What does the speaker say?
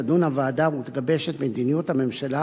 תדון הוועדה ותגבש את מדיניות הממשלה